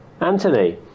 Anthony